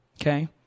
Okay